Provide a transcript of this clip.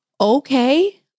okay